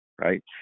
right